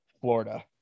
Florida